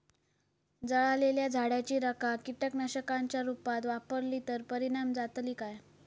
जळालेल्या झाडाची रखा कीटकनाशकांच्या रुपात वापरली तर परिणाम जातली काय?